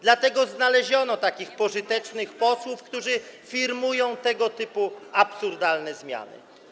Dlatego znaleziono takich pożytecznych posłów, którzy firmują tego typu absurdalne zmiany.